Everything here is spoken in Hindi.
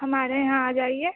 हमारे यहाँ आ जाइए